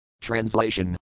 Translation